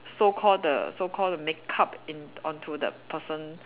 so called the so called makeup in onto the person